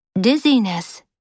Dizziness